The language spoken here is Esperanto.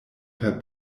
per